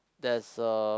there's a